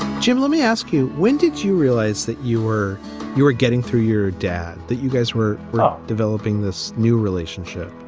jim, let me ask you. when did you realize that you were you were getting through your dad, that you guys were were ah developing this new relationship?